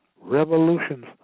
revolutions